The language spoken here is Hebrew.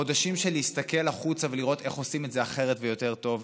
חודשים של להסתכל החוצה ולראות איך עושים את זה אחרת ויותר טוב,